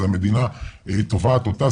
זה המדינה תובעת אותה,